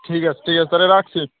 ঠিক আছে ঠিক আছে তাহলে রাখছি